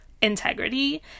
integrity